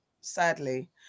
Sadly